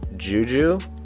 juju